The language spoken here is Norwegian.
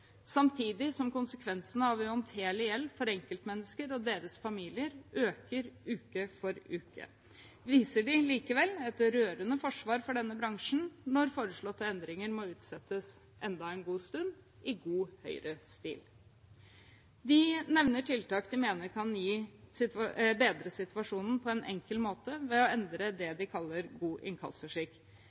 Samtidig som konsekvensene av uhåndterlig gjeld for enkeltmennesker og deres familier øker uke for uke, viser de likevel et rørende forsvar for denne bransjen når foreslåtte endringer må utsettes enda en god stund, i god høyrestil. De nevner tiltak de mener kan bedre situasjonen på en enkel måte ved å endre det de kaller god inkassoskikk.